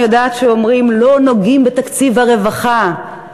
אני יודעת שאומרים: לא נוגעים בתקציב הרווחה,